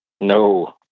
No